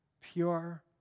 pure